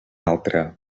altra